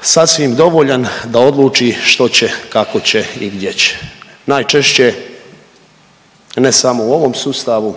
sasvim dovoljan da odluči što će, kako će i gdje će. Najčešće ne samo u ovom sustavu,